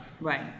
Right